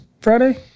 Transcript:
Friday